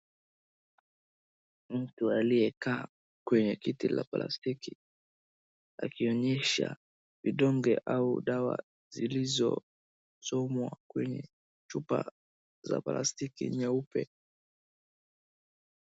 Mtu aliyekaa kwenye kiti la plastiki akionyesha vidonge au dawa zilizo somwa kwenye chupa ya plastiki nyeupe.